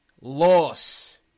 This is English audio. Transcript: loss